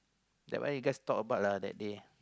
that one you guys talk about lah that day